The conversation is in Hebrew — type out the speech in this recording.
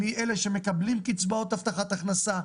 מאלה שמקבלים קצבאות הבטחת הכנסה,